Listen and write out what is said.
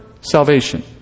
salvation